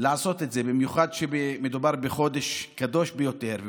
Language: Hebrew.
לעשות את זה, במיוחד כשמדובר בחודש קדוש ביותר.